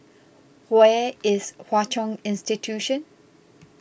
where is Hwa Chong Institution